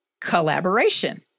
collaboration